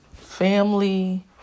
family